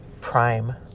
Prime